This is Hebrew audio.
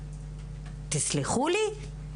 תסלחו לי,